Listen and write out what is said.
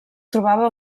trobava